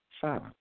silence